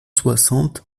soixante